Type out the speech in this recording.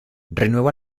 renueva